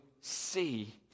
see